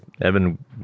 Evan